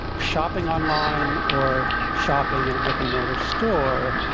shopping online or shopping at a brick and mortar store.